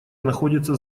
находится